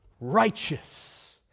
Righteous